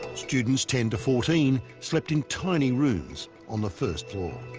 students ten to fourteen slept in tiny rooms on the first floor.